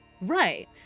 right